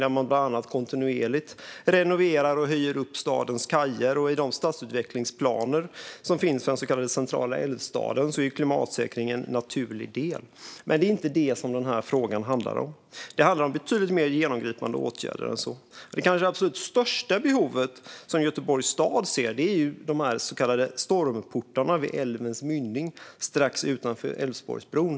Man renoverar bland annat kontinuerligt och höjer upp stadens kajer. I de stadsutvecklingsplaner som finns för den så kallade centrala Älvstaden är klimatsäkringen en naturlig del. Men det är inte vad den här frågan handlar om. Den handlar om betydligt mer genomgripande åtgärder än så. Det kanske absolut största behovet som Göteborgs stad ser är de så kallade stormportarna vid älvens mynning strax utanför Älvsborgsbron.